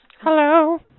Hello